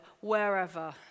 wherever